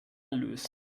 lösen